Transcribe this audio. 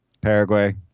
Paraguay